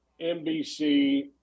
NBC